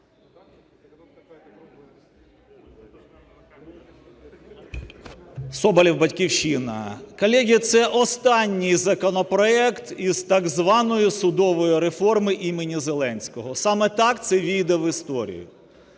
Соболєв, "Батьківщина". Колеги, це останній законопроект і з так званої судової реформи імені Зеленського, саме так це ввійде в історію.